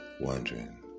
wondering